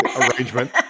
arrangement